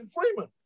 freeman